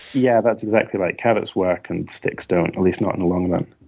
yeah, that's exactly right. carrots work and sticks don't, at least not in the long run.